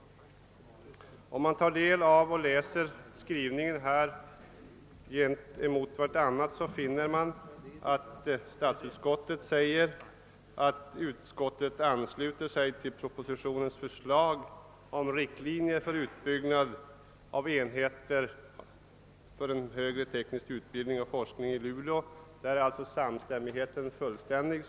Statsutskottet skriver i sitt utlåtande: » Utskottet ansluter sig till propositionens förslag om riktlinjer för uppbyggnad av en enhet för högre teknisk utbildning och forskning i Luleå.» Därvidlag tycks alltså samstämmigheten vara fullständig.